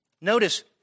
notice